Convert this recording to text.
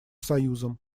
союзом